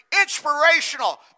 inspirational